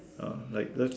ah like let's